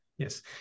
Yes